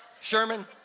Sherman